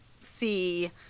see